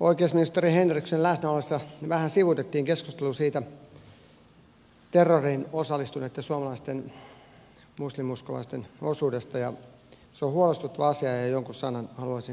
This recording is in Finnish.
oikeusministeri henrikssonin läsnä ollessa me vähän sivuutimme keskustelun siitä terroriin osallistuneitten suomalaisten muslim uskovaisten osuudesta ja se on huolestuttava asia ja jonkun sanan haluaisin siitäkin sanoa